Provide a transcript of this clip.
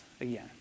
again